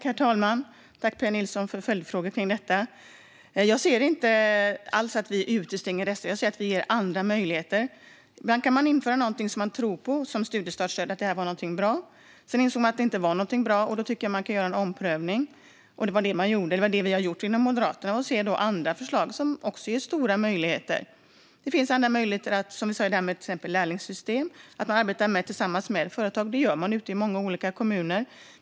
Herr talman! Jag tackar Pia Nilsson för följdfrågorna. Jag anser inte alls att vi utestänger dessa personer. Jag ser det som att vi ger dem andra möjligheter. Ibland kan man införa någonting som man tror på och anser är bra, som studiestartsstödet. Sedan inser man att det inte är bra, och då tycker jag att man kan göra en omprövning. Det är det vi har gjort inom Moderaterna. Vi har i stället andra förslag som ger stora möjligheter. Det finns andra möjligheter, till exempel lärlingssystem och att man arbetar mer tillsammans med företag. Det gör man också i många olika kommuner.